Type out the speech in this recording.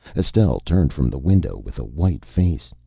estelle turned from the window with a white face.